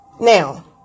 Now